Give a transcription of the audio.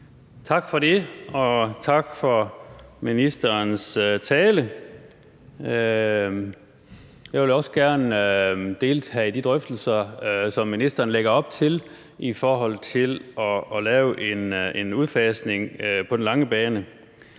Tak for det, og tak for ministerens tale. Jeg vil også gerne deltage i de drøftelser, som ministeren lægger op til, i forhold til at lave en udfasning på den lange bane.